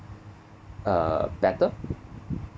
uh better